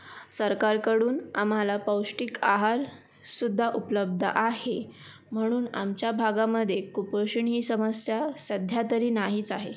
सरकारकडून आम्हाला पौष्टिक आहारसुद्धा उपलब्ध आहे म्हणून आमच्या भागामध्ये कुपोषण ही समस्या सध्या तरी नाहीच आहे